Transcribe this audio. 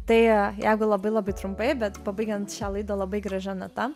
tai jeigu labai labai trumpai bet pabaigiant šią laidą labai gražia nata